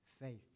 faith